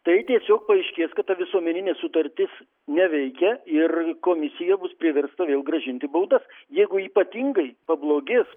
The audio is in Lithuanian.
tai tiesiog paaiškės kad ta visuomeninė sutartis neveikia ir komisija bus priversta vėl grąžinti baudas jeigu ypatingai pablogės